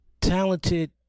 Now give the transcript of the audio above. talented